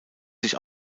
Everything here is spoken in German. sich